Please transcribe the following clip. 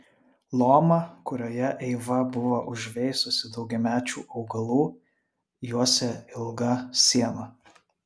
lomą kurioje eiva buvo užveisusi daugiamečių augalų juosė ilga siena